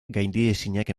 gaindiezinak